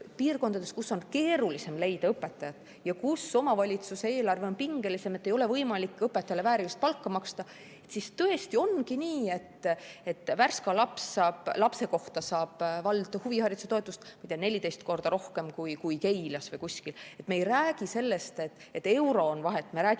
piirkondades, kus on keerulisem leida õpetajat ja kus omavalitsuse eelarve on pingelisem, et ei ole võimalik õpetajale väärilist palka maksta, siis tõesti ongi nii, et Värska vald saab lapse kohta huvihariduse toetust 14 korda rohkem kui Keila või [mõni muu koht]. Me ei räägi sellest, et euro on vahet, me räägime